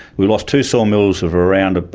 we lost two sawmills of around,